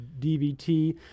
DVT